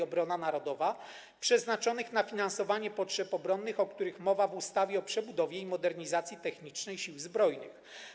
Obrona narodowa, przeznaczonych na finansowanie potrzeb obronnych, o których mowa w ustawie o przebudowie i modernizacji technicznej oraz finansowaniu Sił Zbrojnych.